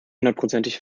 hundertprozentig